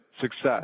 success